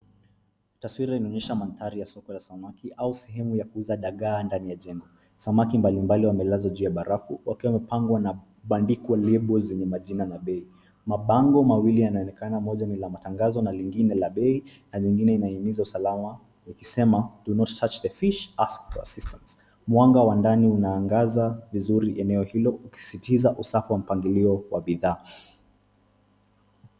Taswira inaonyesha manthari ya soko ya samaki au sehemu ya kuuza dagaa ndani ya jengo, samaki mbalimbali wamelazwa juu ya barafu wakiwa wamepangwa na kubandikwa lebo zenye majina na bei, mabango mawili yanaonekana moja ni la matangazo na lingine ni la bei na lingine inahimiza usalama ukisema DO NOT TOUCH THE FISH, ASK FOR ASSISTANCE mwanga wa ndani unaangaza vizuri eneo hilo ukisisitiza usafi wa mpangilio wa bidha.